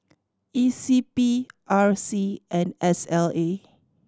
E C B R C and S L A